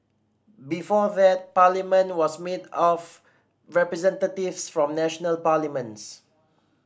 before that Parliament was made of representatives from national parliaments